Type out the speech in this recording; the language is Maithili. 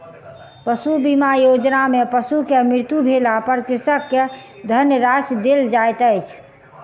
पशु बीमा योजना में पशु के मृत्यु भेला पर कृषक के धनराशि देल जाइत अछि